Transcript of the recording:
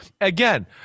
again